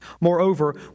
Moreover